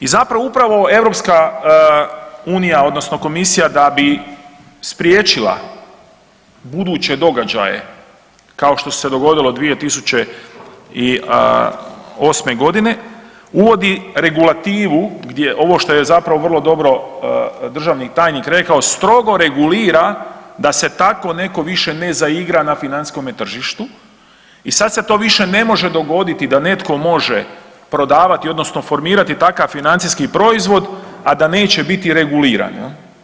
I zapravo upravo Europska unija, odnosno Komisija da bi spriječila buduće događaje kao što se dogodilo 2008. godine, uvodi regulativu gdje ovo što je zapravo vrlo dobro državni tajnik rekao, strogo regulira ta se tako netko više ne zaigra na financijskome tržištu i sad se to više ne može dogoditi da netko može prodavati, odnosno formirati takav financijski proizvod, a da neće biti reguliran.